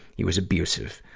he was abusive,